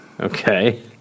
Okay